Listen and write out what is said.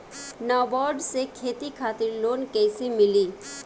नाबार्ड से खेती खातिर लोन कइसे मिली?